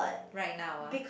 right now ah